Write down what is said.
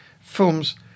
films